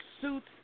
suits